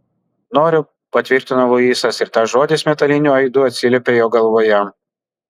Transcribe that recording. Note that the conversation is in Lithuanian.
noriu patvirtino luisas ir tas žodis metaliniu aidu atsiliepė jo galvoje